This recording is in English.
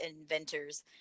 inventors